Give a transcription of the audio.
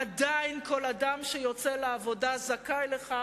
עדיין כל אדם שיוצא לעבודה זכאי לכך